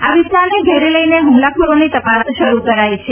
આ વિસ્તારને ઘેરી લઇને હુમલાખોરોની તપાસ શરૂ કરાઇ છે